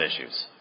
issues